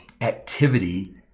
activity